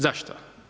Zašto?